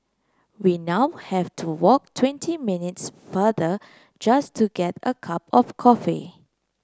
we now have to walk twenty minutes farther just to get a cup of coffee